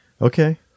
Okay